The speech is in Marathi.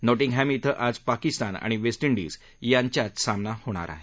नॉटिंगहॅम श्वि आज पाकिस्तान आणि वेस्टडीज यांच्यात सामना होणार आहे